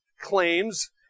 claims